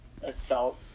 assault